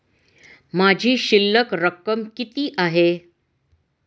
माझी शिल्लक रक्कम किती आहे?